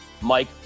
Mike